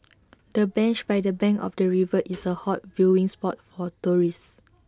the bench by the bank of the river is A hot viewing spot for tourists